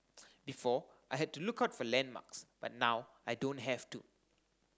before I had to look out for landmarks but now I don't have to